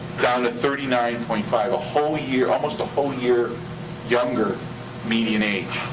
down to thirty nine point five. a whole year, almost a whole year younger median age.